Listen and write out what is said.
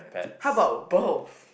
how about both